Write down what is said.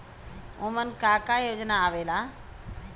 उमन का का योजना आवेला?